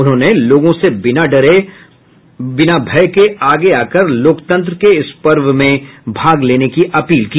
उन्होंने लोगों से बिना डर भय के आगे आकर लोकतंत्र के इस पर्व में भाग लेने की अपील की